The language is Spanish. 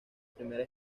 primera